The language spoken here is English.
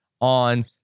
on